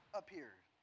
appeared